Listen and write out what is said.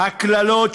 הקללות,